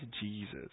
Jesus